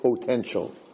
potential